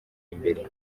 imbere